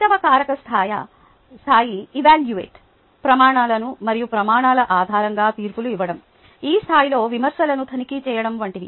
ఐదవ కారక స్థాయి ఎవాల్యూట ప్రమాణాలు మరియు ప్రమాణాల ఆధారంగా తీర్పులు ఇవ్వడం ఈ స్థాయిలో విమర్శలను తనిఖీ చేయడం వంటివి